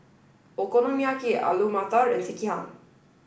Okonomiyaki Alu Matar and Sekihan